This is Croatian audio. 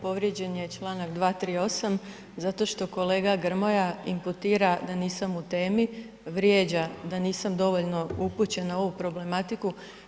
Povrijeđen je članak 238. zato što kolega Grmoja imputira da nisam u temi, vrijeđa da nisam dovoljno upućena u ovu problematiku.